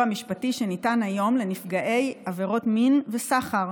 המשפטי שניתן היום לנפגעי עבירות מין וסחר,